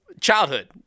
childhood